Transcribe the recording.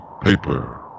paper